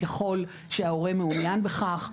ככול שההורה מעוניין בכך,